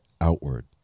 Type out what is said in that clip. outward